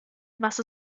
was